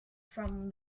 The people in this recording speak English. from